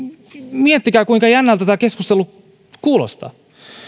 miettikää kuinka jännältä tämä keskustelu kuulostaa